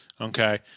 okay